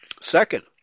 Second